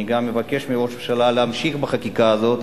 אני גם מבקש מראש הממשלה להמשיך בחקיקה הזאת,